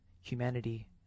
humanity